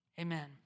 amen